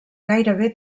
gairebé